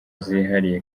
zihariye